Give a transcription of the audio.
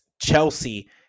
Chelsea